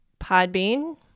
Podbean